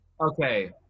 okay